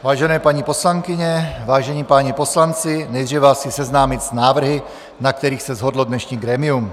Vážené paní poslankyně, vážení páni poslanci, nejdříve vás chci seznámit s návrhy, na kterých se shodlo dnešní grémium.